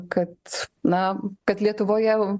kad na kad lietuvoje